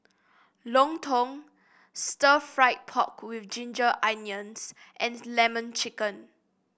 lontong Stir Fried Pork with Ginger Onions and lemon chicken